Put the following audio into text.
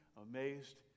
Amazed